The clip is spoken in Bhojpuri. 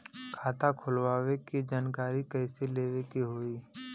खाता खोलवावे के जानकारी कैसे लेवे के होई?